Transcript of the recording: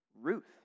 Ruth